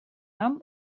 нам